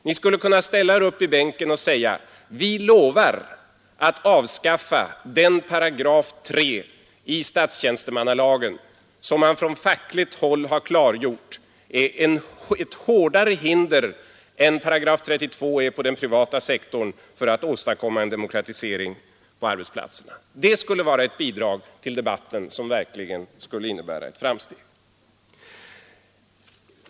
Ni skulle kunna ställa er upp i bänken och säga: Vi lovar att avskaffa 3 § i statstjänstemannalagen, som man från fackligt håll har klargjort är ett hårdare hinder än § 32 är på den privata sektorn när det gäller att åstadkomma en demokratisering på arbetsplatserna. Det skulle vara ett bidrag till debatten som verkligen skulle innebära ett framsteg.